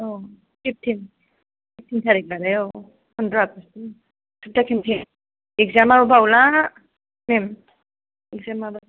औ फिफथिन थारिग नालाय औ फनद्र आगस्त नालाय औ सप्ता खनसे इखजामाबो बावला मेम इखजामाबो